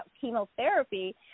chemotherapy